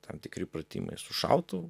tam tikri pratimai su šautuvu